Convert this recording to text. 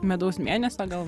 medaus mėnesio gal